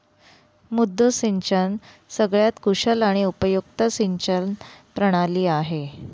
मुद्दू सिंचन सगळ्यात कुशल आणि उपयुक्त सिंचन प्रणाली आहे